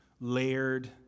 layered